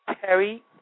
Terry